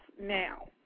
now